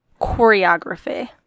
choreography